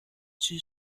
two